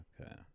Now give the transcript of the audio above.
Okay